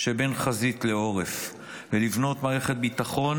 שבין חזית לעורף ולבנות מערכת ביטחון